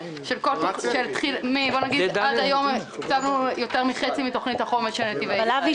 לפעמים בשליטה, לפעמים